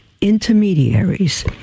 intermediaries